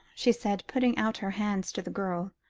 she said, putting out her hands to the girl.